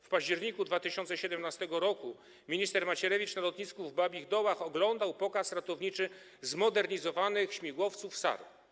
W październiku 2017 r. minister Macierewicz na lotnisku w Babich Dołach oglądał pokaz ratowniczy zmodernizowanych śmigłowców SAR.